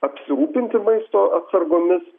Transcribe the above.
apsirūpinti maisto atsargomis